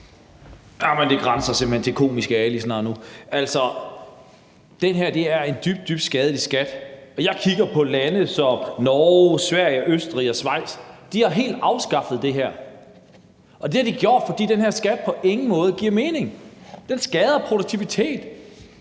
Det grænser simpelt hen snart til Komiske Ali. Det her er en dybt, dybt skadelig skat, og lande som Norge, Sverige, Østrig og Schweiz har helt afskaffet det her, og det har de gjort, fordi den her skat på ingen måde giver mening. Den skader produktivitet,